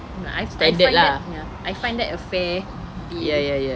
but I actually find that ya I find that a fair deal